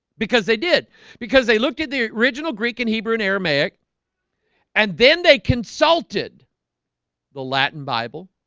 because they did because they looked at the original greek in hebrew and aramaic and then they consulted the latin bible